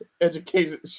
education